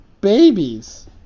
babies